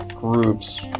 groups